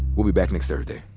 we'll be back next thursday